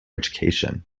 education